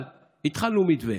אבל התחלנו מתווה,